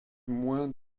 moins